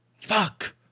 Fuck